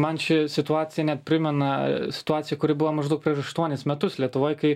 man ši situacija neprimena situacija kuri buvo maždaug prieš aštuonis metus lietuvoj kai